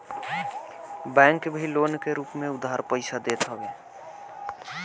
bank भी loan के रूप में उधार पईसा देत हवे